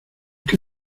que